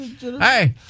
Hey